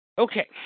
Okay